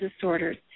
Disorders